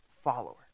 follower